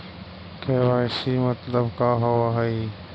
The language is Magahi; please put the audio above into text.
के.वाई.सी मतलब का होव हइ?